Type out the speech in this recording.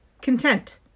content